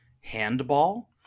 handball